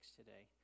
today